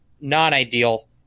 non-ideal